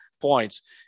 points